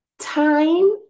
Time